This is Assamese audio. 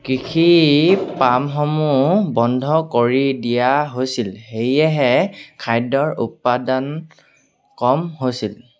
কৃষিপামসমূহ বন্ধ কৰি দিয়া হৈছিল সেয়েহে খাদ্যৰ উৎপাদন কম হৈছিল